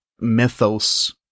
mythos